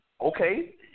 okay